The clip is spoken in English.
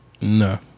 No